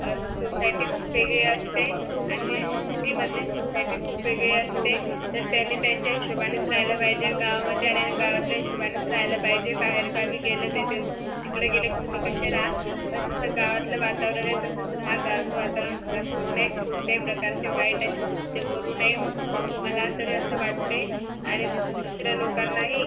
society खूप वेगळी असते आणि सिटीमधली सोसायटी खूप वेगळी असते तर त्यांनी त्यांच्या हिशेबानेच राहिलं पाहिजे गावामध्ये आल्याने गावातल्या हिशोबानेच राहिलं पाहिजे बाहेरगावी गेले ते तुम्ही तिकडे गेले तर तुम्ही तसे रहा पण जसं गावातलं वातावरण आहे तसंच रहा गावचं वातावरण खराब करू नये कोणत्याही प्रकारचे वाईट असे नृत्य करू नये मला तरी असं वाटत आहे आणि दुसऱ्या लोकांनाही